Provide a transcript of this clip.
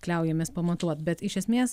kliaujamės pamatuot bet iš esmės